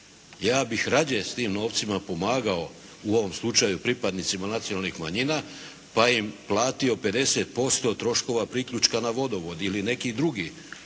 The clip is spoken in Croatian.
Ja bi radije s tim novcima pomagao u ovom slučaju pripadnicima nacionalnih manjina, pa im platio 50% troškova priključka na vodovod ili neki drugi